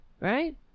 right